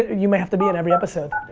you may have to be in every episode.